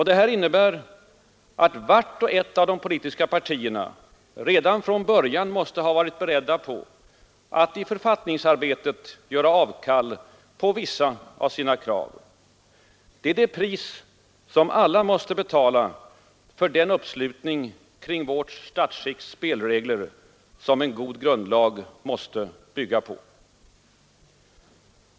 Detta innebär att vart och ett av de politiska partierna redan från början måste ha varit berett på att i författningsarbetet göra avkall på vissa av sina krav. Det är det pris som alla måste betala för den uppslutning kring vårt statsskicks spelregler som en god grundlag måste bygga på.